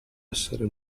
essere